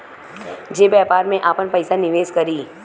जे व्यापार में आपन पइसा निवेस करी